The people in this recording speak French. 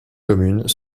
communes